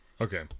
Okay